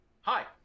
Hi